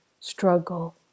struggle